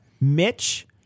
Mitch